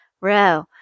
row